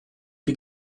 die